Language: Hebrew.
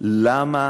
למה